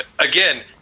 again